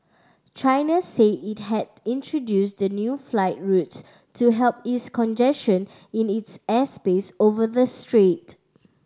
China said it had introduced the new flight routes to help ease congestion in its airspace over the strait